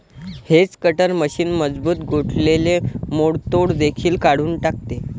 hedge cutter machine मजबूत गोठलेले मोडतोड देखील काढून टाकते